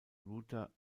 router